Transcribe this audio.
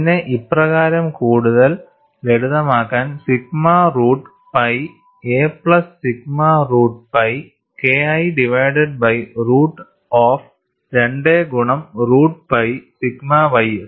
ഇതിനെ ഇപ്രകാരം കൂടുതൽ ലളിതമാക്കാൻ sigma root pi a plus sigma root pi KI divided by root of 2 ഗുണം റൂട്ട് പൈ സിഗ്മ ys